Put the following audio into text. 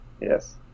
Yes